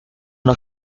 una